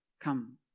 come